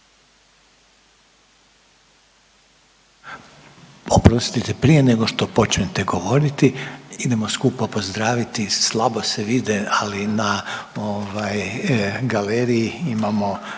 Oprostite, prije nego što počnete govoriti idemo skupa pozdraviti, slabo se vide, ali na ovaj galeriji imamo